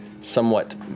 somewhat